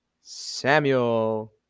Samuel